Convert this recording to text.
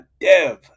Dev